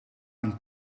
een